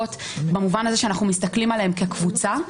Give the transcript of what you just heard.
במובן הזה שאנחנו מסתכלים עליהן כקבוצה.